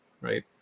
right